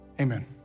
Amen